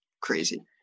crazy